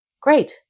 Great